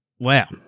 Wow